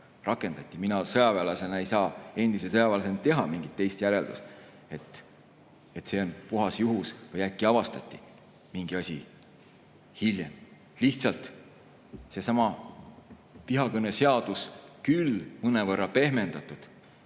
Mina sõjaväelasena, endise sõjaväelasena ei saa teha mingit teist järeldust, näiteks et see oli puhas juhus või äkki avastati mingi asi hiljem. Lihtsalt seesama vihakõneseadus, küll mõnevõrra pehmendatud